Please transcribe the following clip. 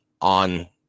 on